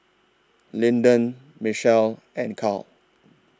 Linden Michele and Carl